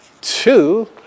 Two